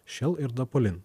šel ir dopolin